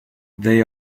they